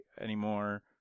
anymore